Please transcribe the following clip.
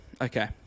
Okay